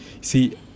see